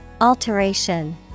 Alteration